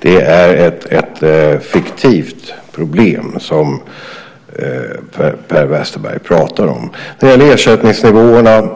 Det är ett fiktivt problem som Per Westerberg pratar om. När det gäller ersättningsnivåerna